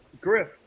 Griff